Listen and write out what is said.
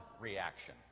reaction